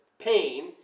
pain